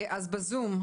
בזום,